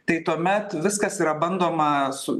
tai tuomet viskas yra bandoma su